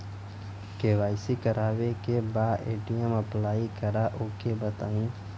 KYC करावे के बा ए.टी.एम अप्लाई करा ओके बताई?